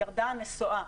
ירדה הנסועה,